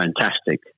fantastic